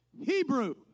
Hebrew